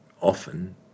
often